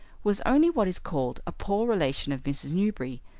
was only what is called a poor relation of mrs. newberry,